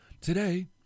Today